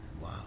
Wow